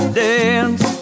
dance